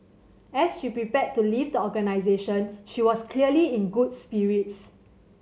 as she prepared to leave the organisation she was clearly in good spirits